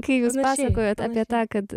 kai jūs pasakojot apie tą kad